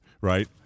Right